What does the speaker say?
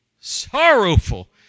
sorrowful